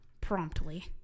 promptly